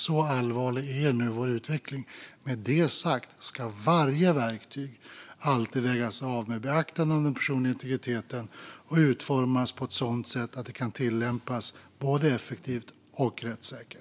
Så allvarlig är nu vår utveckling. Med det sagt ska varje verktyg alltid vägas av mot den personliga integriteten och utformas på ett sådant sätt att det kan tillämpas både effektivt och rättssäkert.